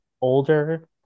older